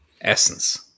essence